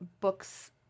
books